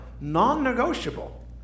non-negotiable